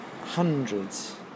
Hundreds